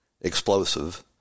explosive